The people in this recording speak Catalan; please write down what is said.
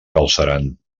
galceran